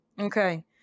Okay